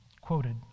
quoted